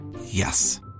Yes